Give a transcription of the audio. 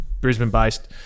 Brisbane-based